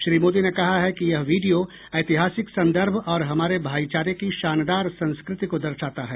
श्री मोदी ने कहा है कि यह वीडियो ऐतिहासिक संदर्भ और हमारे भाईचारे की शानदार संस्कृति को दर्शाता है